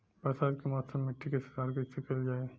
बरसात के मौसम में मिट्टी के सुधार कइसे कइल जाई?